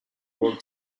work